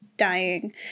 dying